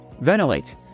ventilate